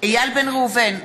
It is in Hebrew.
איל בן ראובן,